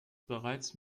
bereits